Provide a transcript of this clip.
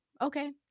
Okay